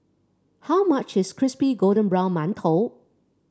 how much is Crispy Golden Brown Mantou